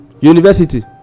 university